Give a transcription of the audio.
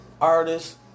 Artist